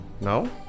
No